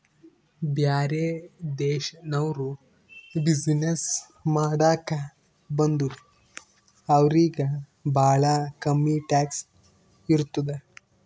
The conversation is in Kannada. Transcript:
ಬ್ಯಾರೆ ದೇಶನವ್ರು ಬಿಸಿನ್ನೆಸ್ ಮಾಡಾಕ ಬಂದುರ್ ಅವ್ರಿಗ ಭಾಳ ಕಮ್ಮಿ ಟ್ಯಾಕ್ಸ್ ಇರ್ತುದ್